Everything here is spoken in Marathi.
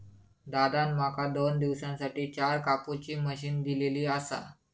दादान माका दोन दिवसांसाठी चार कापुची मशीन दिलली आसा